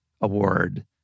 Award